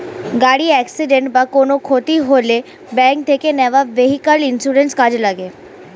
গাড়ির অ্যাকসিডেন্ট বা কোনো ক্ষতি হলে ব্যাংক থেকে নেওয়া ভেহিক্যাল ইন্সুরেন্স কাজে লাগে